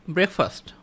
Breakfast